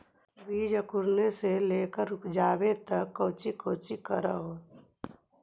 बीज अंकुरण से लेकर उपजाबे तक कौची कौची कर हो?